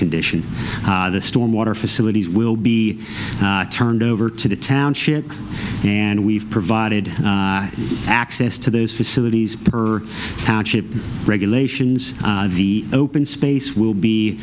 condition the stormwater facilities will be turned over to the township and we've provided access to those facilities per township regulations the open space will be